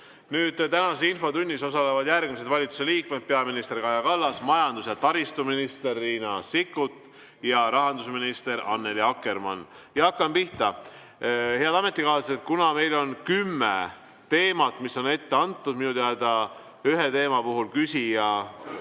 74. Tänases infotunnis osalevad järgmised valitsusliikmed: peaminister Kaja Kallas, majandus‑ ja taristuminister Riina Sikkut ja rahandusminister Annely Akkermann. Hakkame pihta. Head ametikaaslased, meil on kümme teemat, mis on ette antud. Minu teada ühe teema puhul ei saa